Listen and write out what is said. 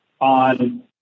on